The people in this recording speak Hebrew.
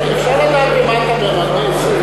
אפשר לדעת למה אתה מרמז?